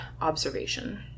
observation